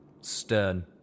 Stern